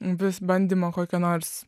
vis bandymo kokio nors